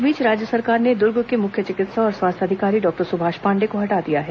इस बीच राज्य सरकार ने दर्ग के मुख्य चिकित्सा और स्वास्थ्य अधिकारी डॉक्टर सुभाष पांडेय को हटा दिया है